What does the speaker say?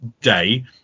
day